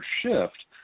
shift